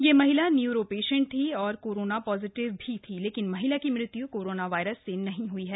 यह महिला neuro patient थी और कोरोना पॉजिटिव भी थी लेकिन महिला की मृत्यु कोरोना वायरस नहीं है